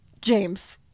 James